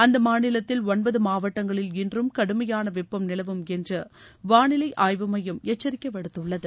அந்த மாநிலத்தில் ஒன்பது மாவட்டங்களில் இன்றும் கடுமையான வெப்பம் நிலவும் என்று வானிலை ஆய்வு மையம் எச்சரிக்கை விடுத்துள்ளது